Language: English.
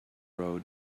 road